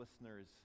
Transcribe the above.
listeners